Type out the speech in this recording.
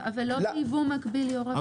זה לא יבוא מקביל, יושב ראש הוועדה.